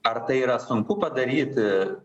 ar tai yra sunku padaryti